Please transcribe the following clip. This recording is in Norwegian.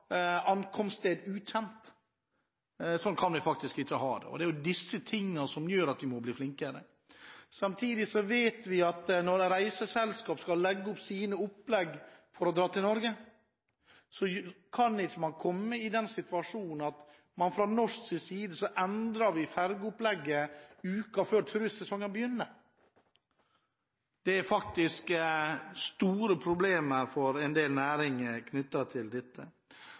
Ankomststed ukjent. Sånn kan vi ikke ha det. Det er slike ting som gjør at vi må bli flinkere. Når reiseselskap skal planlegge opplegg for å dra til Norge, kan de ikke oppleve en situasjon der vi i Norge endrer fergeopplegget uken før turistsesongen begynner. Dette skaper faktisk store problemer for en del næringer. Det er viktig å få på plass en enhetlig og bedre skilting til